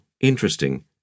interesting